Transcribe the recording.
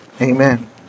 Amen